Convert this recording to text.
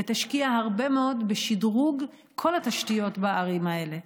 ותשקיע הרבה מאוד בשדרוג כל התשתיות בערים האלה.